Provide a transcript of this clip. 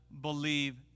believe